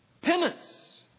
Penance